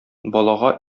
балага